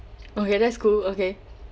okay that's cool okay